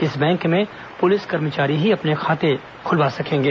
इस बैंक में पुलिस कर्मचारी ही अपने खाते खुलवा सकेंगे